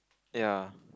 ya